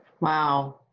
wow